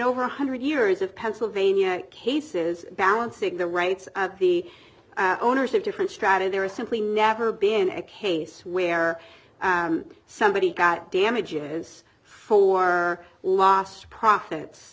over one hundred years of pennsylvania cases balancing the rights of the owners of different strata there is simply never been a case where somebody got damages or lost profits